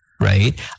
right